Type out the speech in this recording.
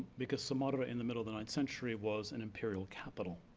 because samarra in the middle of the ninth century was an imperial capital.